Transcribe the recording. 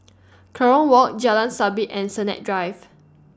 Kerong Walk Jalan Sabit and Sennett Drive